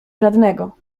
żadnego